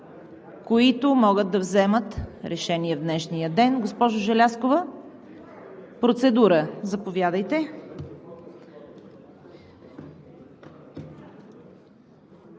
които могат да вземат решение в днешния ден. Госпожо Желязкова – процедура. Заповядайте.